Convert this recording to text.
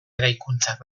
eraikuntzak